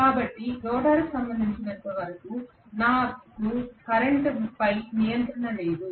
కాబట్టి రోటర్కు సంబంధించినంతవరకు నాకు కరెంట్పై నియంత్రణ లేదు